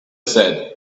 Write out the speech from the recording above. said